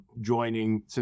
joining